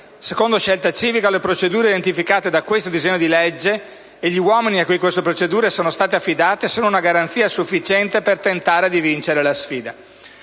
Secondo Scelta Civica, le procedure identificate da questo disegno di legge e gli uomini a cui queste procedure sono state affidate sono una garanzia sufficiente per tentare di vincere la sfida.